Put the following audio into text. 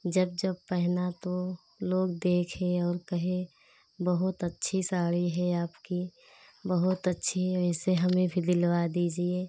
जब जब पहना तो लोग देखे और कहे बहुत अच्छी साड़ी है आपकी बहुत अच्छी है इसे हमें भी दिलवा दीजिए